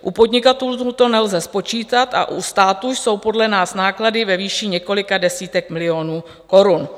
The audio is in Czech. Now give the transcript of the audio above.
U podnikatelů to nelze spočítat a u státu jsou podle nás náklady ve výši několika desítek milionů korun.